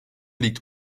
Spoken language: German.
liegt